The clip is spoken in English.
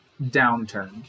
downturn